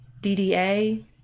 DDA